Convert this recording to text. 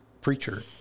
preacher